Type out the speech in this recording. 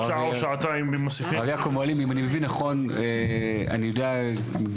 אם אני מבין נכון,